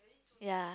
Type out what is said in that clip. ya